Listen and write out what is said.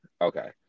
okay